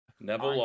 Neville